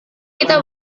kita